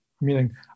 meaning